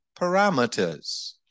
parameters